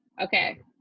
Okay